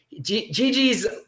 Gigi's